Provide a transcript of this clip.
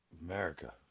America